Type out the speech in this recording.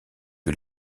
que